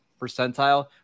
percentile